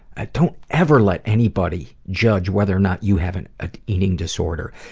ah don't ever let anybody judge whether or not you have an ah eating disorder.